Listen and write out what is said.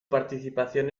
participación